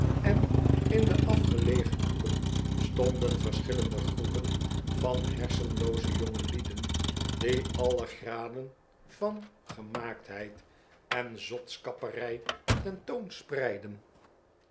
en in afgelegen hoeken stonden verschillende groepen van hersenlooze jongelieden die alle graden van gemaaktheid en zotskapperij